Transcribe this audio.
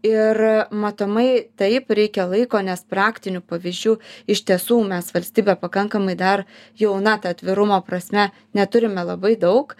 ir matomai taip reikia laiko nes praktinių pavyzdžių iš tiesų mes valstybė pakankamai dar jauna ta atvirumo prasme neturime labai daug